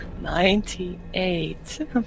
ninety-eight